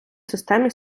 системі